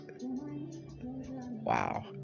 wow